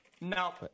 No